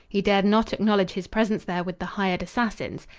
he dared not acknowledge his presence there with the hired assassins.